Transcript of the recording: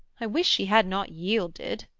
i wish she had not yielded